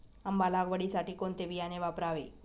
आंबा लागवडीसाठी कोणते बियाणे वापरावे?